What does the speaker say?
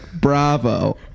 Bravo